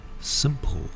simple